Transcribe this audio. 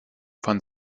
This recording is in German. von